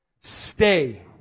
Stay